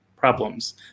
problems